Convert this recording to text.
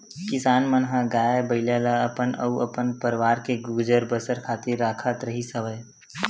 किसान मन ह गाय, बइला ल अपन अउ अपन परवार के गुजर बसर खातिर राखत रिहिस हवन